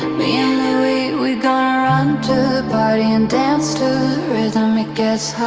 me and louie, we gonna run to the party and dance to the rhythm, it gets